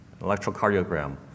electrocardiogram